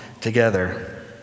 together